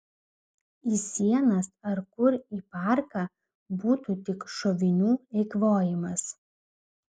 į sienas ar kur į parką būtų tik šovinių eikvojimas